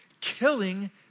killing